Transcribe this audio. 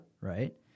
Right